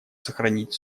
сохранить